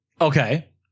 Okay